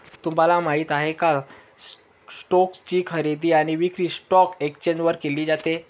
तुम्हाला माहिती आहे का? स्टोक्स ची खरेदी आणि विक्री स्टॉक एक्सचेंज वर केली जाते